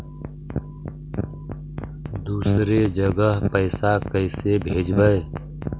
दुसरे जगह पैसा कैसे भेजबै?